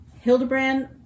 Hildebrand